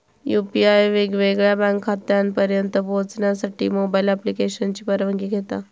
UPI वेगवेगळ्या bank खात्यांपर्यंत पोहचण्यासाठी मोबाईल ॲप्लिकेशनची परवानगी घेता